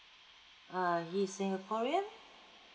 uh he is singaporean